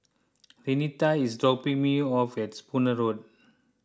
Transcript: Renita is dropping me off at Spooner Road